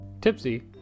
Tipsy